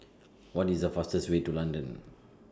What IS The fastest Way to London